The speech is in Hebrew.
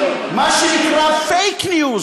מה שנקרא fake news,